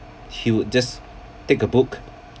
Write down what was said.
he would just take a book